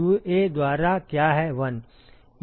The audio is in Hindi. UA द्वारा क्या 1